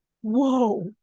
whoa